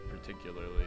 particularly